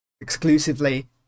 Exclusively